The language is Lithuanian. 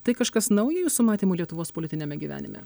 tai kažkas naujo jūsų matymu lietuvos politiniame gyvenime